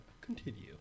Continue